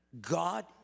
God